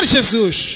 Jesus